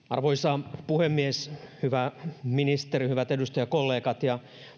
arvoisa puhemies hyvä ministeri hyvät edustajakollegat ja